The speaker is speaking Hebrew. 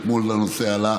גם אתמול הנושא עלה